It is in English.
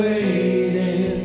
waiting